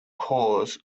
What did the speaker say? cause